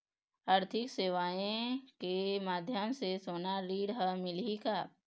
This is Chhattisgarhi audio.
आरथिक सेवाएँ के माध्यम से सोना ऋण हर मिलही का?